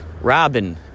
Robin